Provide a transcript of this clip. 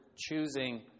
Choosing